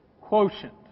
quotient